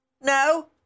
No